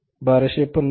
1250 बरोबर